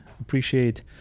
appreciate